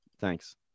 Thanks